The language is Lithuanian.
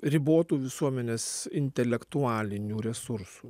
ribotų visuomenės intelektualinių resursų